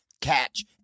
Catch